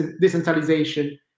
decentralization